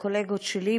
הקולגות שלי,